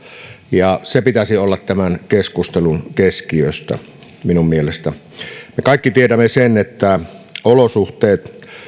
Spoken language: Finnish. ja sen pitäisi olla tämän keskustelun keskiössä minun mielestäni me kaikki tiedämme sen että olosuhteet